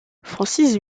francis